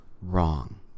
Wrong